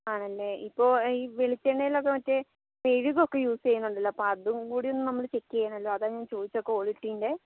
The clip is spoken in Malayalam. ആണല്ലേ ഇപ്പോൾ ഈ വെളിച്ചെണ്ണയിലൊക്കെ മറ്റേ മെഴുകൊക്കെ യൂസ് ചെയുന്നുണ്ടല്ലോ അപ്പോൾ അതും കൂടി ഒന്നു നമ്മൾ ചെക്ക് ചെയ്യണമല്ലോ അതാ ഞാൻ ചോദിച്ചത് ക്വാളിറ്റീൻ്റെ